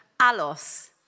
alos